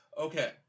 Okay